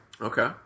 Okay